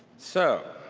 so